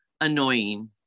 annoying